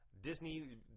Disney